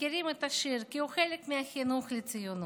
מכירים את השיר, כי הוא חלק מהחינוך לציונות.